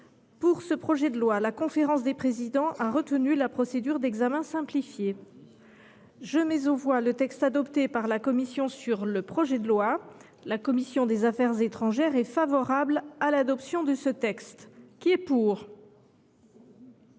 Pour ce projet de loi, la conférence des présidents a retenu la procédure d’examen simplifié. Je mets aux voix le texte adopté par la commission sur le projet de loi. La commission des affaires étrangères, de la défense et des forces